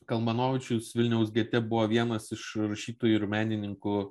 kalmanovičius vilniaus gete buvo vienas iš rašytojų ir menininkų